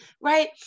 right